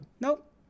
Nope